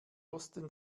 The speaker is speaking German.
osten